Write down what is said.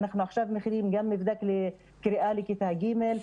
אנחנו עכשיו מכינים מבדק קריאה גם לכיתה ג'.